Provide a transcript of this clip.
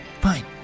Fine